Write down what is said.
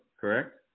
correct